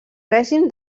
règim